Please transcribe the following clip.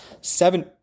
seven